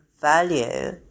value